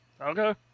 Okay